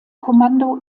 kommando